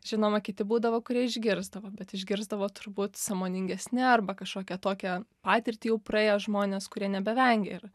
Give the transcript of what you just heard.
žinoma kiti būdavo kurie išgirsdavo bet išgirsdavo turbūt sąmoningesni arba kažkokią tokią patirtį jau praėję žmonės kurie nebevengia ir